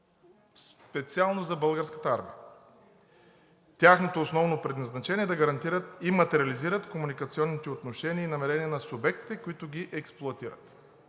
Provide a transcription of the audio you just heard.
специално за Българската армия. Тяхното основно предназначение е да гарантират и материализират комуникационните отношения и намерения на субектите, които ги експлоатират.